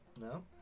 No